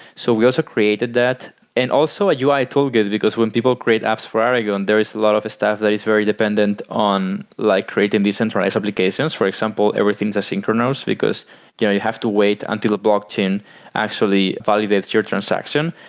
so we also created that and also a ui toolkit, because when people create apps for aragon, there is a lot of stuff that is very dependent on like creating decentralized publications. for example, everything is asynchronous, because you know you have to wait until blockchain actually validates your transaction.